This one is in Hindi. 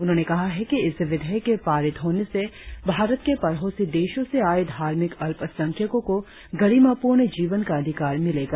उन्होंने कहा है कि इस विधेयक के पारित होने से भारत के पड़ोसी देशों से आए धार्मिक अल्पसंख्यकों को गरिमापूर्ण जीवन का अधिकार मिलेगा